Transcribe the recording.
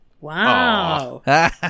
wow